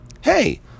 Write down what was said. Hey